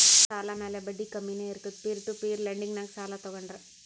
ಸಾಲ ಮ್ಯಾಲ ಬಡ್ಡಿ ಕಮ್ಮಿನೇ ಇರ್ತುದ್ ಪೀರ್ ಟು ಪೀರ್ ಲೆಂಡಿಂಗ್ನಾಗ್ ಸಾಲ ತಗೋಂಡ್ರ್